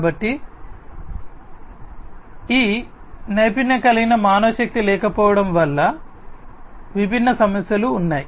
కాబట్టి ఈ నైపుణ్యం కలిగిన మానవశక్తి లేకపోవడం వల్ల విభిన్న సమస్యలు ఉన్నాయి